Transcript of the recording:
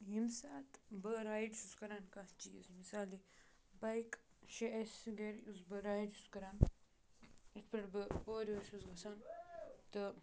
ییٚمہِ ساتہٕ بہٕ رایڈ چھُس کَران کانٛہہ چیٖز مِثالے بایِک چھِ اَسہِ گَرِ یُس بہٕ رایڈ چھُس کَران یِتھ پٲٹھۍ بہٕ اورٕ یور چھُس گژھان تہٕ